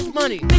money